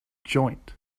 joint